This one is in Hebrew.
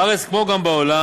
בארץ כמו גם בעולם,